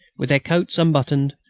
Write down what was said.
with their coats unbuttoned,